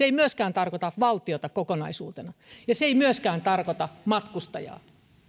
ei myöskään tarkoita valtiota kokonaisuutena se ei myöskään tarkoita matkustajaa